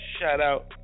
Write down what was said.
shout-out